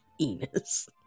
Enos